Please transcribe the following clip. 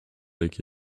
like